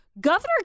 Governor